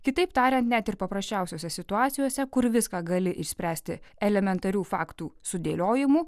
kitaip tariant net ir paprasčiausiose situacijose kur viską gali išspręsti elementarių faktų sudėliojimu